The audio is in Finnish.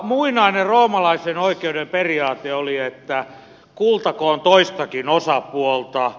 muinainen roomalaisen oikeuden periaate oli että kuultakoon toistakin osapuolta